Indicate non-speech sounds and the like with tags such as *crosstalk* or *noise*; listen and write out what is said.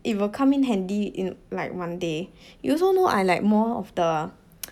it will come in handy in like one day you also know I like more of the *noise*